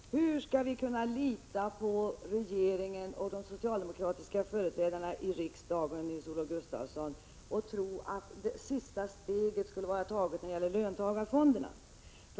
Fru talman! Hur skall vi kunna lita på regeringen och de socialdemokratiska företrädarna i riksdagen, Nils-Olof Gustafsson, och tro att sista steget skulle vara taget när det gäller löntagarfonderna?